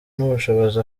n’ubushobozi